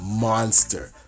monster